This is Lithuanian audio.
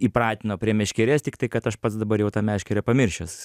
įpratino prie meškerės tiktai kad aš pats dabar jau tą meškerę pamiršęs